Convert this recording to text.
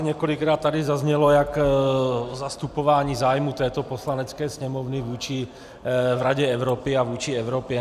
Několikrát tady zaznělo zastupování zájmů této Poslanecké sněmovny v Radě Evropy a vůči Evropě.